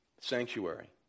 sanctuary